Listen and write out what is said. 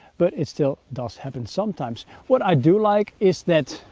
but it still does happen sometimes. what i do like is that,